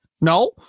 no